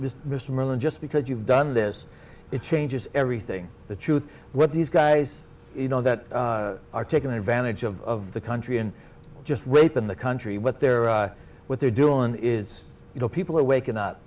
than just because you've done this it changes everything the truth what these guys you know that are taking advantage of the country and just wait in the country what they're what they're doing is you know people are waking up